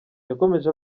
yakomeje